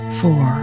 four